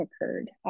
occurred